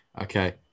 Okay